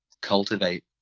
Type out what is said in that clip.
cultivate